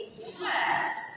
yes